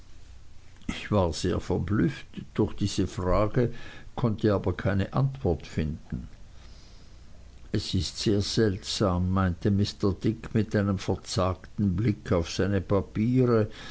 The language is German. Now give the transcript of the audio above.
ich war sehr verblüfft durch diese frage konnte aber keine antwort finden es ist sehr sehr seltsam meinte mr dick mit einem verzagten blick auf seine papiere